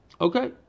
Okay